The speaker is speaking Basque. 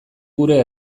gure